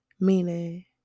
Meaning